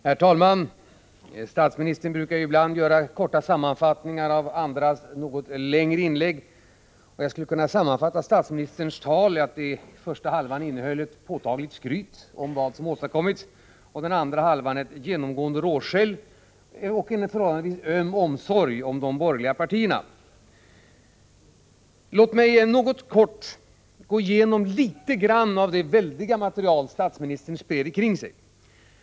Herr talman! Statsministern gör ibland korta sammanfattningar av andras något längre inlägg. Jag skulle kunna sammanfatta statsministerns tal så, att den ena halvan innehöll ett påtagligt skryt över vad som åstadskommits och den andra halvan ett genomgående råskäll och en förhållandevis öm omsorg om de borgerliga partierna. Låt mig helt kort gå igenom något av det väldiga material som statsministern spred omkring sig.